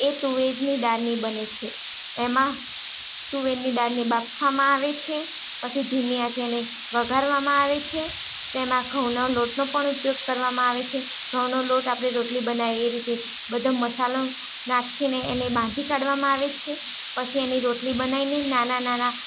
એ તુવેરની દાળની બને છે એમાં તુવેરની દાળને બાફવામાં આવે છે પછી ધીમી આંચે એને વઘારવામાં આવે છે તેમાં ઘઉના લોટનો પણ ઉપયોગ કરવામાં આવે છે ઘઉનો લોટ આપણે રોટલી બનાવીએ એ રીતે બધો મસાલો નાખીને એને બાંધી કાઢવામાં આવે છે પછી એની રોટલી બનાવીને નાના નાના